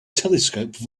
telescope